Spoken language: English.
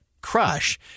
crush